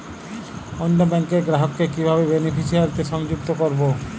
অন্য ব্যাংক র গ্রাহক কে কিভাবে বেনিফিসিয়ারি তে সংযুক্ত করবো?